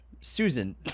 Susan